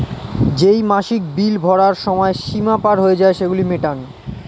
যেই মাসিক বিল ভরার সময় সীমা পার হয়ে যায়, সেগুলো মেটান